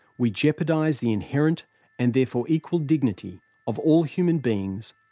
we jeopardize the inherent and therefore equal dignity of all human beings,